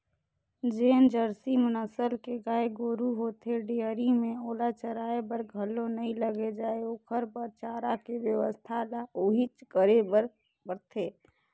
जेन जरसी नसल के गाय गोरु होथे डेयरी में ओला चराये बर घलो नइ लेगे जाय ओखर बर चारा के बेवस्था ल उहेंच करे बर परथे